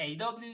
AW